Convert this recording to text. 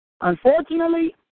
Unfortunately